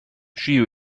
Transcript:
she